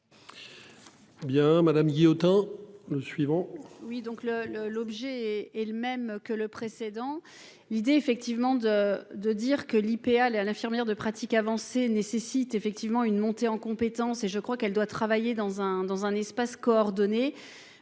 Bien Madame Guillotin nous suivons. Oui donc le le l'objet et est le même que le précédent. L'idée effectivement de, de dire que l'IPA Les Halles infirmières de pratique avancée nécessite effectivement une montée en compétences et je crois qu'elle doit travailler dans un dans un espace coordonnée.